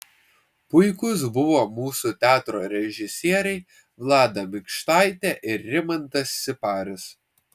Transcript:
puikūs buvo mūsų teatro režisieriai vlada mikštaitė ir rimantas siparis